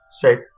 say